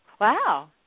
Wow